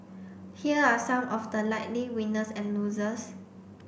here are some of the likely winners and losers